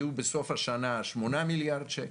בסוף השנה יהיו 8 מיליארד שקל.